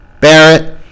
Barrett